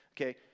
okay